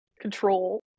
control